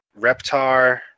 Reptar